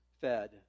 fed